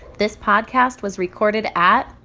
this podcast was recorded at.